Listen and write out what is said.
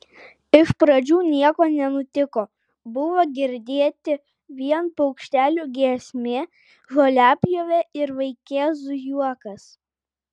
iš pradžių nieko nenutiko buvo girdėti vien paukštelių giesmė žoliapjovė ir vaikėzų juokas